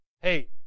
Hey